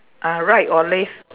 uh right or left